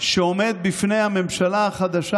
שעומד בפני הממשלה החדשה.